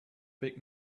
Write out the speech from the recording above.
big